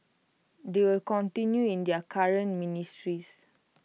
they will continue in their current ministries